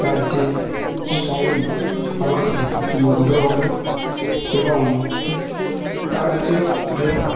তার যে স্টাইল আমাকে মুগ্ধ করে এবং তার যে ড্রেস আপ